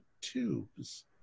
tubes